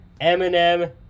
Eminem